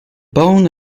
bone